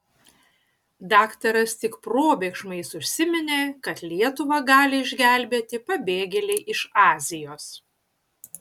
daktaras tik probėgšmais užsiminė kad lietuvą gali išgelbėti pabėgėliai iš azijos